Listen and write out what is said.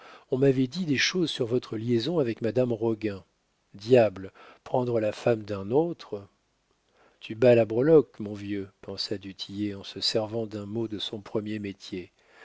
on m'avait dit des choses sur votre liaison avec madame roguin diable prendre la femme d'un autre tu bats la breloque mon vieux pensa du tillet en se servant d'un mot de son premier métier